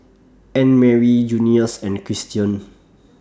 Annemarie Junius and Christion